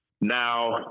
Now